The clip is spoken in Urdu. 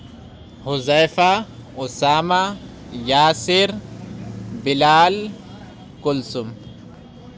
حذیفہ اُسامہ یاسر بلال کلثوم